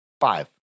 five